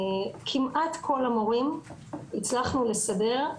כמעט כל המורים הצלחנו לסדר,